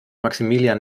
maximilian